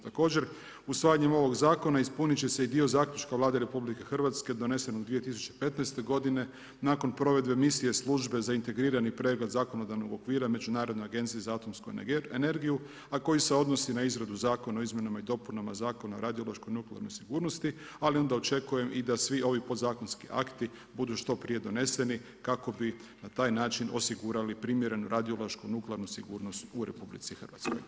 Također usvajanjem ovoga zakona ispuniti će se i dio zaključka Vlade RH donesen 2015. godine nakon provedbe misije službe za integrirani pregled zakonodavnog okvira Međunarodne agencije za atomsku energiju a koji se odnosi na izradu Zakona o izmjenama i dopunama Zakona o radiološkoj i nuklearnoj sigurnosti ali onda očekujem i da svi ovi podzakonski akti budu što prije doneseni kako bi na taj način osigurali primjerenu radiološku, nuklearnu sigurnost u RH.